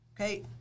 Okay